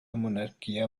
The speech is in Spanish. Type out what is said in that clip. monarquía